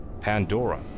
Pandora